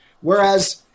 whereas